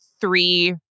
three